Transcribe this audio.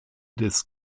des